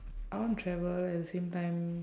I want to travel at the same time